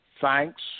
Thanks